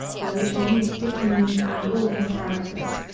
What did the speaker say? where we shall meet dickens and all his characters.